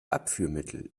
abführmittel